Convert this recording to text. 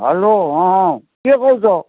hello ହଁ ହଁ କିଏ କହୁଛ